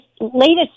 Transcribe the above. latest